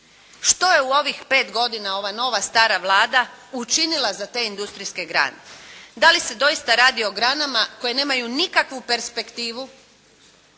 Što je u ovih pet godina ova nova-stara Vlada učinila za te industrijske grane. Da li se doista radi o granama koje nemaju nikakvu perspektivu